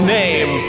name